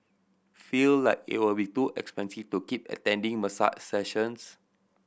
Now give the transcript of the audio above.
feel like it will be too expensive to keep attending massage sessions